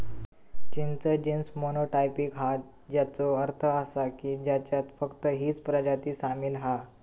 चिंच genus monotypic हा, ज्याचो अर्थ असा की ह्याच्यात फक्त हीच प्रजाती सामील हा